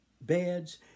beds